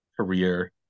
career